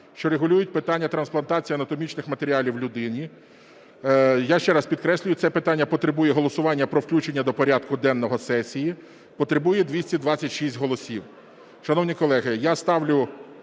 що регулюють питання трансплантації анатомічних матеріалів людині. Я ще раз підкреслюю, це питання потребує голосування про включення до порядку денного сесії, потребує 226 голосів. Шановні колеги, я ставлю